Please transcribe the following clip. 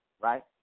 right